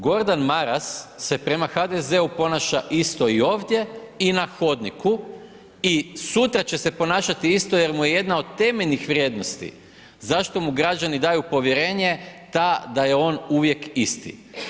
Gordan Maras se prema HDZ-u ponaša isto i ovdje i hodniku i sutra će se ponašati isto jer mu je jedna od temeljnih vrijednosti zašto mu građani daju povjerenje ta da je on uvijek isti.